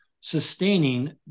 sustaining